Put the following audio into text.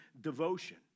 devotion